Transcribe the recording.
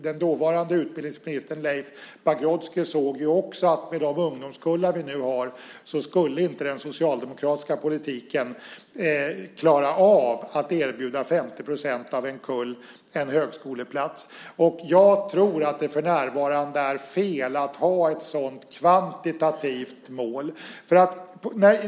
Den dåvarande utbildningsministern Leif Pagrotsky såg ju också att med de ungdomskullar vi nu har skulle inte den socialdemokratiska politiken klara av att erbjuda 50 % av en kull högskoleplats. Jag tror att det för närvarande är fel att ha ett sådant kvantitativt mål.